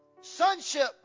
sonship